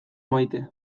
maite